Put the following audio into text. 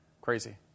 Crazy